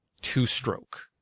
two-stroke